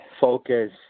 focus